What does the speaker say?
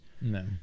no